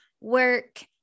work